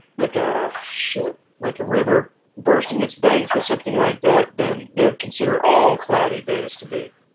like a shit like a river bursting its banks or something like that then they would consider all cloudy days to be